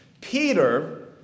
Peter